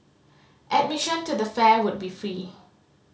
admission to the fair will be free